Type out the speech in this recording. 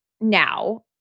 now